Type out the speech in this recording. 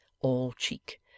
all-cheek